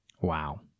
Wow